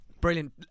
Brilliant